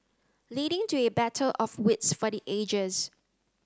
leading to a battle of wits for the ages